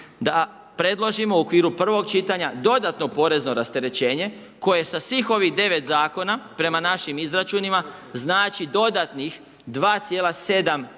da predložimo u okviru prvog čitanja dodatno porezno rasterećenje koje sa svih ovih 9 zakona prema našim izračunima, znači dodatnih 2,7